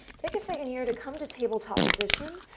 take a second here to come to tabletop position,